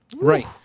Right